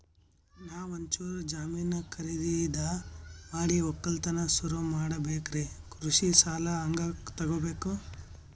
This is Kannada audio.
ನಾ ಒಂಚೂರು ಜಮೀನ ಖರೀದಿದ ಮಾಡಿ ಒಕ್ಕಲತನ ಸುರು ಮಾಡ ಬೇಕ್ರಿ, ಕೃಷಿ ಸಾಲ ಹಂಗ ತೊಗೊಬೇಕು?